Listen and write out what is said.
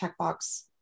checkbox